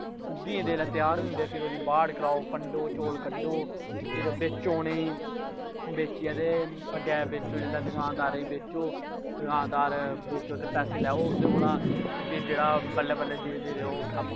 उग्गी जंदे त्हार होई जंदे फिर ओह्दी बाड़ कराओ फंडो चौल कड्डो कुदै बेच्चो उ'नें गी बेचियै ते अग्गैं बेचो जिसलै दकानदारें गी बेचो दकानदारें गी बेचो ते पैसे लैओ उं'दे कोला दा ते बल्लें बल्लें धीरे धीरे ओह् कम्म